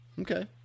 Okay